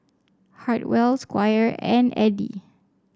Hartwell Squire and Edie